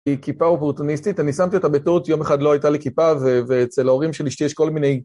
היא כיפה אופרוטניסטית, אני שמתי אותה בטעות, יום אחד לא הייתה לי כיפה ואצל ההורים של אשתי יש כל מיני...